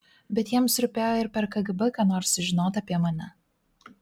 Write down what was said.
bet jiems rūpėjo ir per kgb ką nors sužinot apie mane